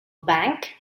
bank